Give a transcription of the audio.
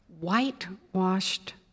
whitewashed